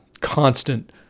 constant